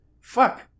Fuck